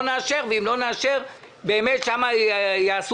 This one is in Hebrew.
נאשר" ואם לא נאשר אז באגף התקציבים יתאבלו